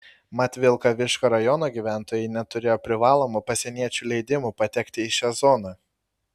mat vilkaviškio rajono gyventojai neturėjo privalomų pasieniečių leidimų patekti į šią zoną